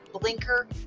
blinker